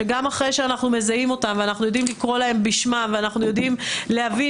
שגם אחרי שאנחנו מזהים אותם ויודעים לקרוא להם בשמם ואנחנו יודעים להבין